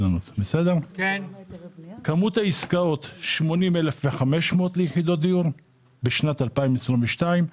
כמות העסקאות 80,500 יחידות דיור בשנת 2022,